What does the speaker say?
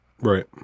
Right